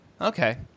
Okay